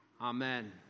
Amen